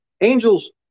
Angels